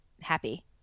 happy